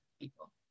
people